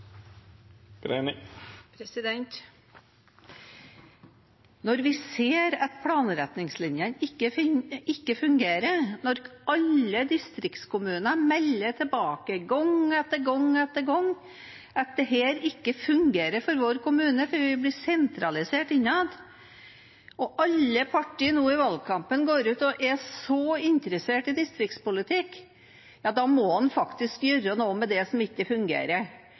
Når vi ser at planretningslinjene ikke fungerer, når alle distriktskommunene melder tilbake gang etter gang etter gang at dette ikke fungerer for deres kommune fordi de blir sentralisert innad, og alle parti nå i valgkampen går ut og er så interessert i distriktspolitikk, må en faktisk gjøre noe med det som ikke fungerer.